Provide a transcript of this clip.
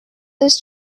this